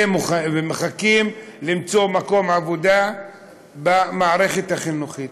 שמחכים למצוא מקום עבודה במערכת החינוכית.